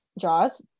jaws